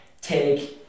take